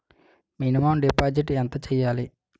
Minimum deposit ఎంత చెయ్యాలి?